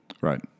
Right